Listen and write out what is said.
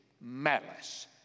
malice